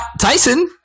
Tyson